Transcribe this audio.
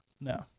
No